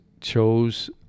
chose